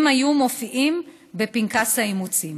אם הם מופיעים בפנקס האימוצים.